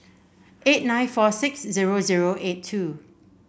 eight nine four six zero zero eight two